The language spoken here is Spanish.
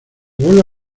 vuelve